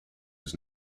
was